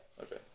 Okay